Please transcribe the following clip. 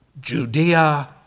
Judea